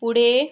पुढे